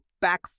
back